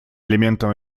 элементом